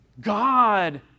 God